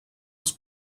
els